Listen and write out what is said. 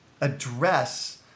address